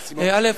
א.